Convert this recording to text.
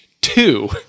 Two